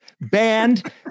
banned